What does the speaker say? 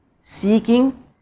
Seeking